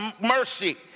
mercy